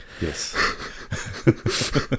Yes